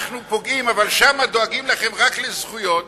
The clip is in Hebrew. אנחנו פוגעים, אבל שם דואגים לך רק לזכויות.